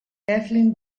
kathleen